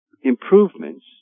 improvements